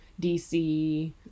dc